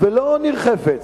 ולא ניר חפץ.